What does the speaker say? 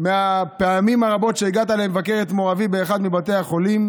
מהפעמים הרבות שהגעת לבקר את מור אבי באחד מבתי החולים